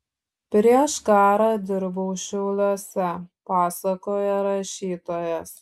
prieš karą dirbau šiauliuose pasakoja rašytojas